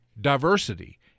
diversity